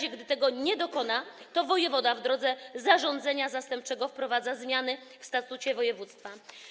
Jeśli tego nie dokona, to wojewoda w drodze zarządzenia zastępczego wprowadzi zmiany w statucie województwa.